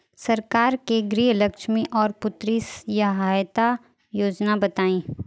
सरकार के गृहलक्ष्मी और पुत्री यहायता योजना बताईं?